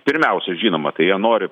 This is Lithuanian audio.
pirmiausia žinoma tai jie nori